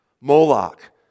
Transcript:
Moloch